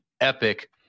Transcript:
epic